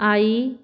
I